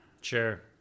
Sure